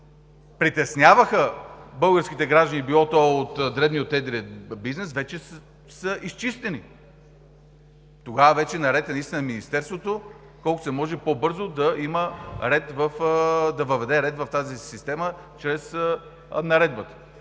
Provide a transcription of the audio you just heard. които притесняваха българските граждани – било то от дребния или едрия бизнес – вече са изчистени. Тогава вече наред е Министерството – колкото се може по-бързо да въведе ред в тази система чрез наредбата.